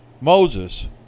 Moses